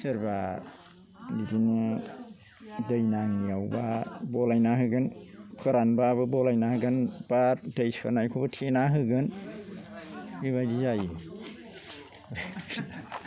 सोरबा बिदिनो सोरबा दै नाङिआव बलायना होगोन फोरानब्लाबो बलायना होगोन बा दै सोनायखौ थेना होगोन बेबायदि जायो